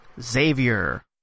Xavier